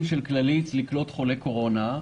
של כללית לקלוט חולי קורונה.